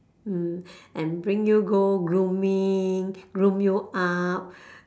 mm and bring you go grooming groom you up